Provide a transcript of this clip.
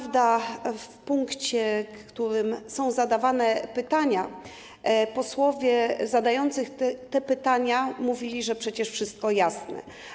W punkcie, w którym są zadawane pytania, posłowie zadający te pytania mówili, że przecież wszystko jest jasne.